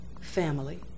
family